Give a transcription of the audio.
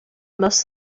most